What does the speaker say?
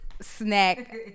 snack